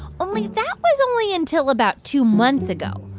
only that was only until about two months ago,